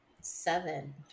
Seven